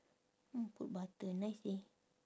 hmm put butter nice eh